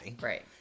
Right